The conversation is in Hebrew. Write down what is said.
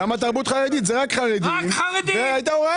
גם תרבות חרדית זה רק לחרדים והייתה הוראה